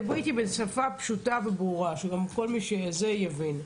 דברי איתי בשפה פשוטה וברורה שגם כל מי שזה יבין.